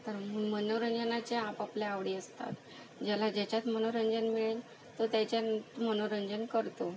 तर मनोरंजनाच्या आपआपल्या आवडी असतात ज्याला ज्याच्यात मनोरंजन मिळेल तो त्याच्यात मनोरंजन करतो